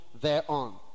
thereon